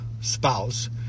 spouse